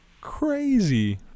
crazy